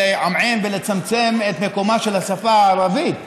לעמעם ולצמצם את מקומה של השפה הערבית אצלנו,